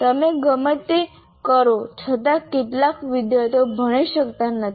તમે ગમે તે કરો છતાં કેટલાક વિદ્યાર્થીઓ ભણી શકતા નથી